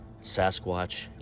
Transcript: Sasquatch